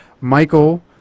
Michael